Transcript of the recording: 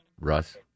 Russ